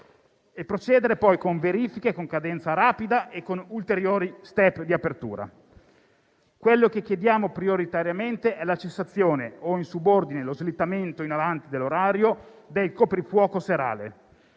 procedere a verifiche, con cadenza rapida, e ad ulteriori *step* di apertura. Chiediamo prioritariamente la cessazione o, in subordine, lo slittamento in avanti dell'orario del coprifuoco serale.